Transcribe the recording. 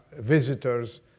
visitors